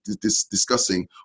discussing